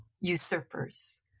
Usurpers